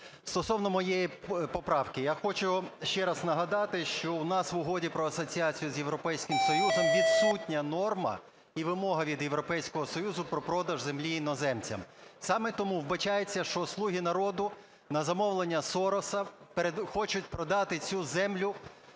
Стосовно моєї поправки. Я хочу ще раз нагадати, що у нас в Угоді про Асоціацію з Європейським Союзом відсутня норма і вимога від Європейського Союзу про продаж землі іноземцям. Саме тому вбачається, що "слуги народу" на замовлення Сороса хочуть продати цю землю